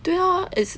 对 lor is